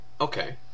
Okay